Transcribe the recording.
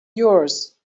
yours